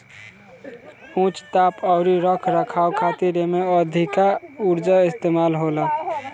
उच्च ताप अउरी रख रखाव खातिर एमे अधिका उर्जा इस्तेमाल होला